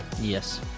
Yes